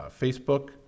Facebook